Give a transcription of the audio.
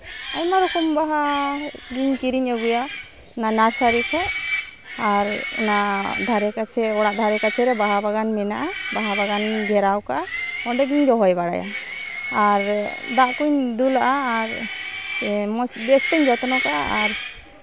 ᱟᱭᱢᱟ ᱨᱚᱠᱚᱢ ᱵᱟᱦᱟ ᱜᱤᱧ ᱠᱤᱨᱤᱧ ᱟᱹᱜᱩᱭᱟ ᱚᱱᱟ ᱱᱟᱥᱟᱨᱤ ᱠᱷᱚᱱ ᱟᱨ ᱚᱱᱟ ᱫᱷᱟᱨᱮ ᱠᱟᱪᱷᱮ ᱨᱮ ᱚᱲᱟᱜ ᱫᱷᱟᱨᱮ ᱠᱟᱪᱷᱮ ᱨᱮ ᱵᱟᱦᱟ ᱵᱟᱜᱟᱱ ᱢᱮᱱᱟᱜᱼᱟ ᱵᱟᱦᱟ ᱵᱟᱜᱟᱱ ᱤᱧ ᱜᱷᱮᱨᱟᱣ ᱠᱟᱫᱟ ᱚᱸᱰᱮ ᱜᱤᱧ ᱨᱚᱦᱚᱭ ᱵᱟᱲᱟᱭᱟ ᱟᱨ ᱫᱟᱜ ᱠᱚᱧ ᱫᱩᱞ ᱟᱜᱼᱟ ᱟᱨ ᱥᱮ ᱢᱚᱡᱽ ᱵᱮᱥ ᱛᱤᱧ ᱡᱚᱛᱱᱚ ᱠᱟᱜᱼᱟ ᱟᱨ